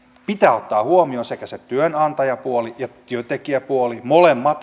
pitää ottaa huomioon sekä se työnantajapuoli että työntekijäpuoli molemmat